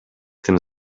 tym